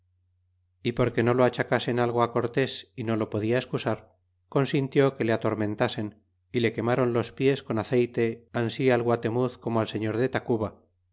y porque no lo achacasen algo cortés y no lo podia escusar consintió que le atormentasen y le quemaron los pies con aceyte ansi al guatemuz como al señor de tacuba